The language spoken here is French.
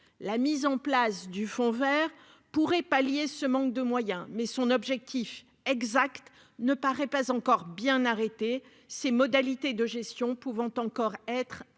la mise en place du fond Vert pourrait pallier ce manque de moyens, mais son objectif exact ne paraît pas encore bien arrêtée : ses modalités de gestion pouvant encore être clarifiée,